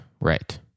Right